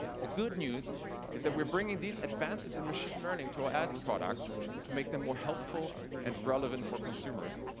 the good news is that we're bringing these advances in machine learning to our ads products to make them more helpful and relevant for consumers,